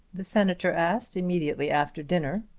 the senator asked immediately after dinner.